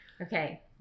Okay